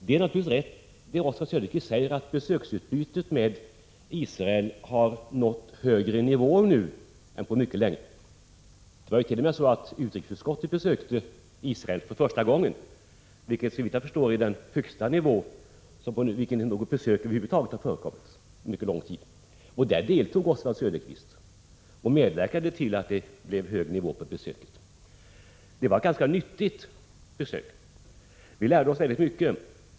Det är naturligtvis riktigt som Oswald Söderqvist säger, att besöksutbytet med Israel har nått en högre nivå än på mycket lång tid. Utrikesutskottet besökte Israel för första gången, vilket är, såvitt jag förstår, den högsta nivå på vilken något besök till Israel över huvud taget har förekommit på mycket lång tid. Där deltog Oswald Söderqvist och medverkade till att det blev hög nivå på besöket. Det var ett ganska nyttigt besök. Vi lärde oss väldigt mycket.